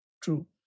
True